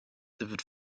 wird